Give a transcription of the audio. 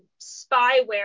spyware